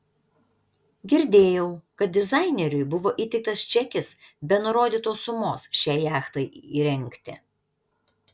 girdėjau kad dizaineriui buvo įteiktas čekis be nurodytos sumos šiai jachtai įrengti